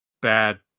bad